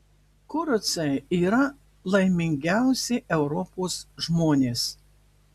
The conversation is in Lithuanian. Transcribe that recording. kurucai yra laimingiausi europos žmonės